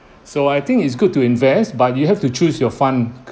so I think it's good to invest but you have to choose your fund